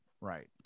Right